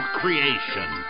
creation